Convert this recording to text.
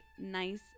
nice